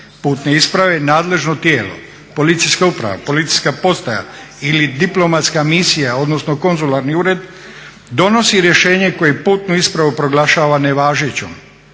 putne isprave nadležno tijelo, policijska uprava, policijska postaja ili diplomatska misija odnosno konzularni ured donosi rješenje kojim putnu ispravu proglašava nevažećom